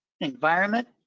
environment